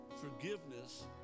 forgiveness